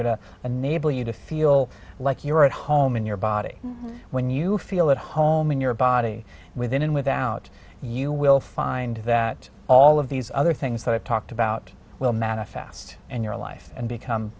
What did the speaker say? going to enable you to feel like you're at home in your body when you feel at home in your body within and without you will find that all of these other things that i've talked about will manifest in your life and become